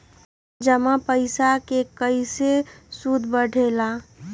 जमा पईसा के कइसे सूद बढे ला?